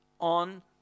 on